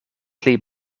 pli